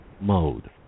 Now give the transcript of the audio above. mode